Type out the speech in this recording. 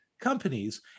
companies